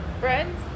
Friends